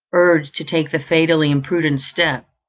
urged to take the fatally imprudent step,